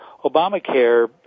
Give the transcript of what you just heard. Obamacare